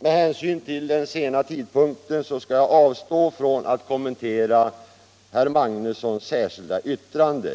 Med hänsyn till den sena tidpunkten skall jag avstå från att kommentera herr Magnussons i Kristinehamns särskilda vttrande.